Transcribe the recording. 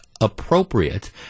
appropriate